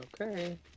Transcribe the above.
Okay